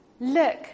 Look